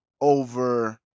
over